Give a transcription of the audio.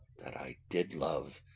that i did love,